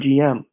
GM